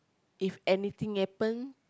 if anything happen